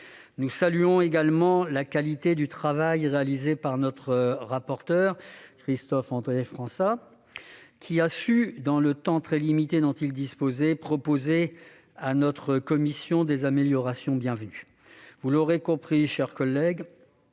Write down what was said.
Nous saluons également la qualité du travail réalisé par notre rapporteur, Christophe-André Frassa, qui a su, dans le temps très limité dont il disposait, proposer à notre commission des améliorations bienvenues. Vous l'aurez compris, mes chers collègues,